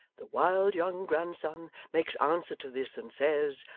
the wild young grandson makes answer to this and says,